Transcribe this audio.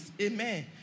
Amen